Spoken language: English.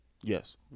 Yes